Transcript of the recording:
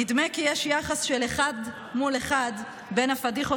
נדמה כי יש יחס של אחד מול אחד בין הפדיחות